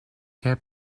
què